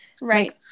right